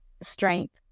strength